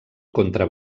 contra